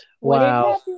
Wow